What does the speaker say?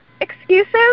excuses